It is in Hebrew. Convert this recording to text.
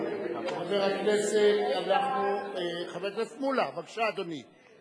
חבר הכנסת מולה, בבקשה, אדוני,